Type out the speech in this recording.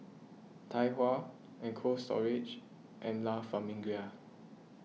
Tai Hua Cold Storage and La Famiglia